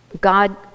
God